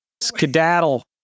skedaddle